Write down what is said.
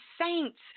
Saints